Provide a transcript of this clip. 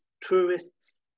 tourists